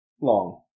Long